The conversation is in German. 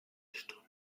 stunde